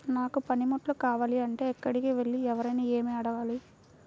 నాకు పనిముట్లు కావాలి అంటే ఎక్కడికి వెళ్లి ఎవరిని ఏమి అడగాలి?